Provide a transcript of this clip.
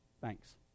Thanks